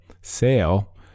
sale